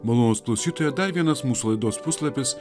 malonūs klausytojai dar vienas mūsų laidos puslapis